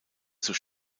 zur